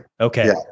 Okay